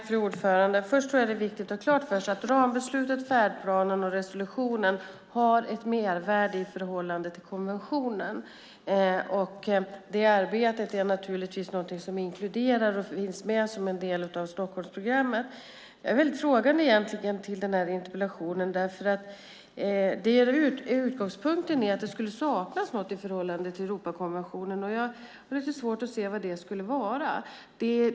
Fru talman! Först är det viktigt att ha klart för sig att rambeslutet, färdplanen och resolutionen har ett mervärde i förhållande till konventionen. Det arbetet är naturligtvis någonting som är inkluderat och finns med som en del i Stockholmsprogrammet. Utgångspunkten i interpellationen är att det skulle saknas något i förhållande till Europakonventionen. Jag har lite svårt att se vad det skulle vara.